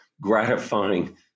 gratifying